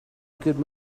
good